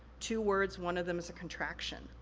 two words, one of them is a contraction.